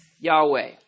Yahweh